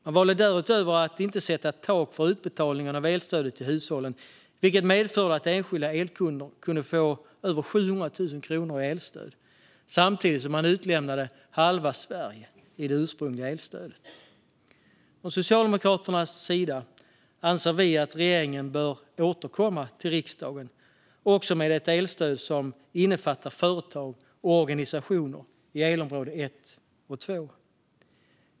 Man valde därutöver att inte sätta ett tak för utbetalningen av elstödet till hushållen, vilket medförde att enskilda elkunder kunde få över 700 000 kronor i elstöd samtidigt som man utelämnade halva Sverige i det ursprungliga elstödet. Från Socialdemokraternas sida anser vi att regeringen bör återkomma till riksdagen med ett elstöd som också innefattar företag och organisationer i elområde 1 och 2.